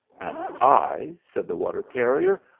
and i, said the water-carrier,